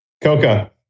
Coca